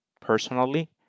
personally